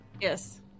yes